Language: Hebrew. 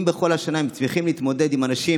אם בכל השנה הם צריכים להתמודד עם אנשים